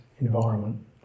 environment